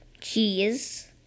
Cheese